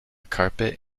carpet